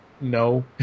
No